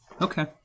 Okay